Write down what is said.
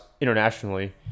internationally